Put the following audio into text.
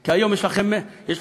כי היום יש לכם 100%,